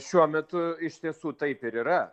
šiuo metu iš tiesų taip ir yra